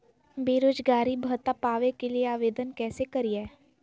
बेरोजगारी भत्ता पावे के लिए आवेदन कैसे करियय?